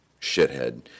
shithead